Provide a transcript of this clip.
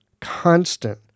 constant